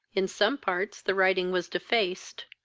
in some parts the writing was defaced,